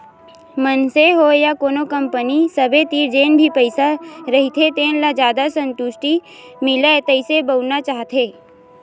मनसे होय या कोनो कंपनी सबे तीर जेन भी पइसा रहिथे तेन ल जादा संतुस्टि मिलय तइसे बउरना चाहथे